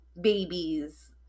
babies